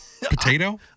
potato